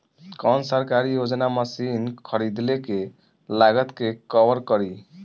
कौन सरकारी योजना मशीन खरीदले के लागत के कवर करीं?